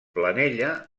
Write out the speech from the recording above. planella